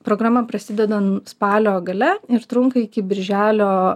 programa prasideda spalio gale ir trunka iki birželio